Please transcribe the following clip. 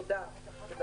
תודה.